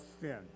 sin